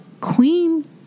Queen